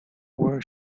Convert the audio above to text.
where